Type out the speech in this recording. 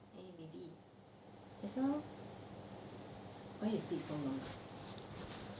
eh baby just now why you sleep so long